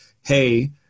hey